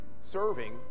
serving